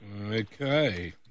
Okay